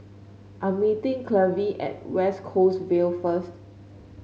I'm meeting Clevie at West Coast Vale first